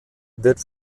wird